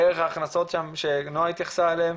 דרך ההכנסות שנועה התייחסה אליהן,